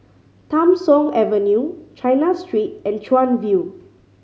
Tham Soong Avenue China Street and Chuan View